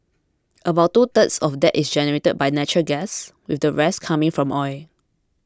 about two thirds of that is generated by natural gas with the rest coming from oil